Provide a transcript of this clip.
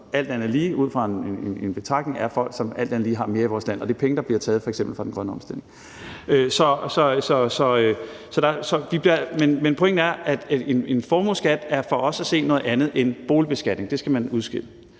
stedet for, som alt andet lige er folk, som har mere i vores land. Det er penge, der f.eks. bliver taget fra den grønne omstilling. Men pointen er, at en formueskat for os at se er noget andet end boligbeskatning. Det skal man huske.